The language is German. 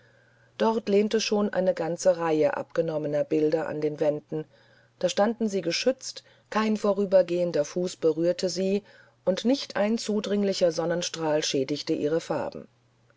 dort lehnte schon eine ganze reihe abgenommener bilder an den wänden da standen sie geschützt kein vorübergehender fuß berührte sie und nicht ein zudringlicher sonnenstrahl schädigte ihre farben